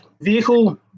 vehicle